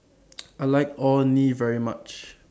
I like Orh Nee very much